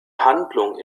handlung